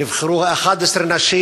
נבחרו 11 נשים,